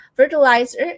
Fertilizer